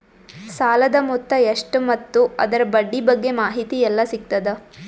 ಸಾಲದ ಮೊತ್ತ ಎಷ್ಟ ಮತ್ತು ಅದರ ಬಡ್ಡಿ ಬಗ್ಗೆ ಮಾಹಿತಿ ಎಲ್ಲ ಸಿಗತದ?